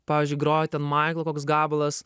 pavyzdžiui groja ten maiklo koks gabalas